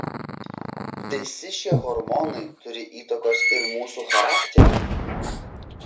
visi šie hormonai turi įtakos ir mūsų charakteriui